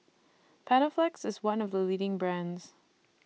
Panaflex IS one of The leading brands